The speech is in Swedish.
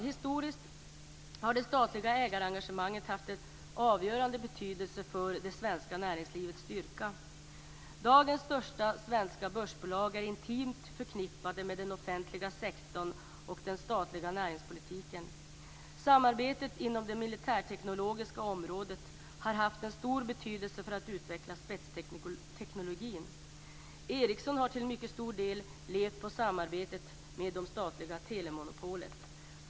Historiskt har det statliga ägarengagemanget haft avgörande betydelse för det svenska näringslivets styrka. Dagens största svenska börsbolag är intimt förknippade med den offentliga sektorn och den statliga näringspolitiken. Samarbetet inom det militärteknologiska området har haft en stor betydelse för att utveckla spetsteknologi. Ericsson har till mycket stor del levt på samarbetet med det statliga telemonopolet.